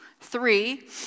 Three